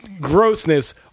grossness